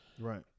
Right